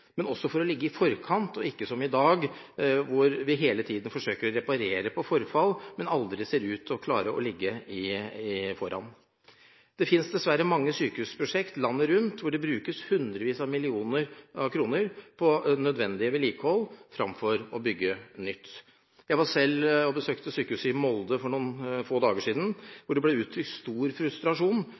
men også for å ligge i forkant og ikke som i dag, hvor vi hele tiden forsøker å reparere på forfall, men aldri ser ut til å klare å ligge foran. Det finnes dessverre mange sykehusprosjekt landet rundt, hvor det brukes hundrevis av millioner av kroner på nødvendig vedlikehold fremfor å bygge nytt. Jeg var selv på besøk ved sykehuset i Molde for noen få dager siden, hvor det ble uttrykt stor frustrasjon